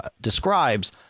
describes